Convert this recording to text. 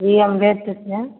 जी हम भेज देते हैं